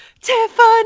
Tiffany